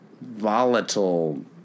volatile